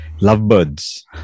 lovebirds